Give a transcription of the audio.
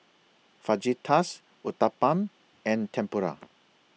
Fajitas Uthapam and Tempura